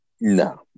no